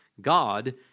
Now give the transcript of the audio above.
God